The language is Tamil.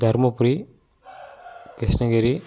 தருமபுரி கிருஷ்ணகிரி